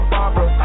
Barbara